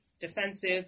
defensive